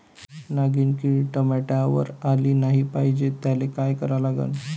नागिन किड टमाट्यावर आली नाही पाहिजे त्याले काय करा लागन?